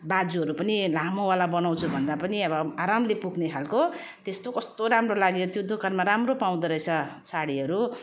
बाजुहरू पनि लामोवाला बनाउँछु भन्दा पनि अब आरामले पुग्ने खाले त्यस्तो कस्तो राम्रो लाग्यो त्यो दोकानमा राम्रो पाउँदो रहेछ साडीहरू